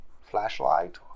flashlight